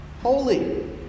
Holy